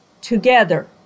together